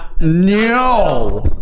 No